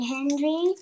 Henry